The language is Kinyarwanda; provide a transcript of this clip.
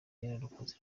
yararokotse